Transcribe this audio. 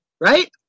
right